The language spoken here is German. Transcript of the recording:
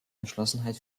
entschlossenheit